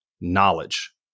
knowledge